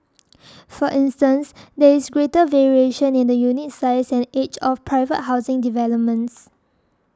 for instance there is greater variation in the unit size and age of private housing developments